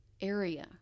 area